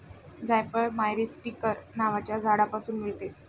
जायफळ मायरीस्टीकर नावाच्या झाडापासून मिळते